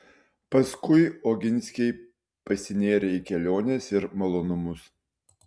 paskui oginskiai pasinėrė į keliones ir malonumus